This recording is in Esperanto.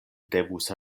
devus